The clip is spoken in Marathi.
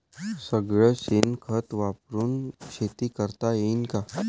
सगळं शेन खत वापरुन शेती करता येईन का?